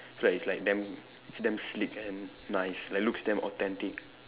feel like it's like damn it's damn sleek and nice like looks damn authentic